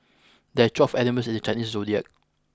there are twelve animals in the Chinese zodiac